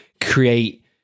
create